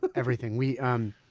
but everything. we um